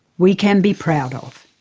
we can be proud of.